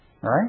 Right